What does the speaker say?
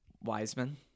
Wiseman